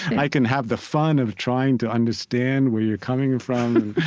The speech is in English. i can have the fun of trying to understand where you're coming from,